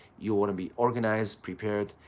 you want to be organized, prepared,